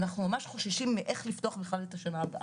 אנחנו ממש חוששים מאיך לפתוח בכלל את השנה הבאה.